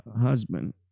husband